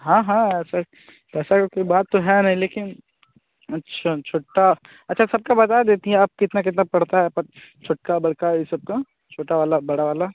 हाँ हाँ sir sir कोई बात तो है नहीं लेकिन अच्छा छोटा अच्छा सब को बता देती हैं आप कितना कितना पड़ता है पद छोटका बड़का ही सबका छोटा वाला बड़ा वाला